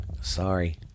Sorry